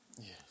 Yes